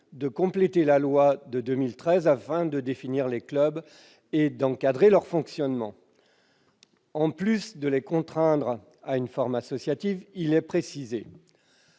de compléter la loi de 2013 afin de définir les clubs et d'encadrer leur fonctionnement. En plus de les contraindre à une forme associative, notre